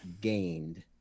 gained